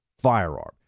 firearm